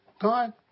God